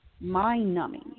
mind-numbing